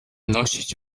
nosić